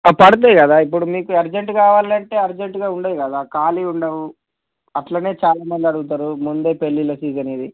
పడుతుంది కదా ఇప్పుడు మీకు అర్జెంటుగా కావాల్లంటే అర్జెంటుగా ఉండదు కదా ఖాళీ ఉండవు అట్లనే చాలా మంది అడుగుతారు ముందే పెళ్ళిళ్ళ సీజన్ ఇది